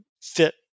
fit